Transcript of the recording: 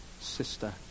sister